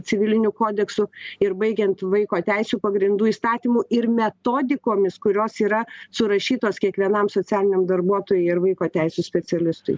civiliniu kodeksu ir baigiant vaiko teisių pagrindų įstatymu ir metodikomis kurios yra surašytos kiekvienam socialiniam darbuotojui ir vaiko teisių specialistui